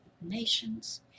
nations